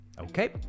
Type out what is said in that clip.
Okay